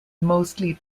mostly